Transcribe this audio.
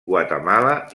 guatemala